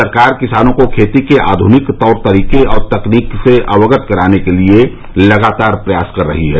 सरकार किसानों को खेती के आध्रनिक तौर तरीके और तकनीक से अवगत कराने के लिए लगातार प्रयास कर रही है